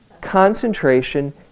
Concentration